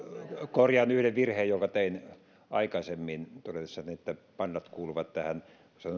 korjaan yhden virheen jonka tein aikaisemmin todetessani että pandat kuuluvat tähän